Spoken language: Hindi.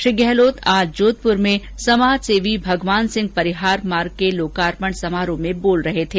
श्री गहलोत आज जोधपुर में समाजसेवी भगवान सिंह परिहार मार्ग के लोकार्पण समारोह में बोल रहे थे